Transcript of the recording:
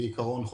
בעיקרון,